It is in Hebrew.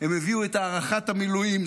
הם הביאו את הארכת המילואים.